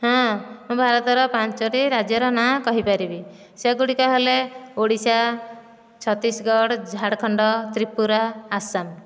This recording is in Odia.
ହଁ ମୁ ଭାରତର ପାଞ୍ଚୋଟି ରାଜ୍ୟର ନାଁ କହିପାରିବି ସେଗୁଡ଼ିକ ହେଲେ ଓଡ଼ିଶା ଛତିଶଗଡ଼ ଝାରଖଣ୍ଡ ତ୍ରିପୁରା ଆସାମ